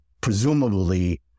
presumably